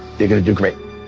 you're going to do great.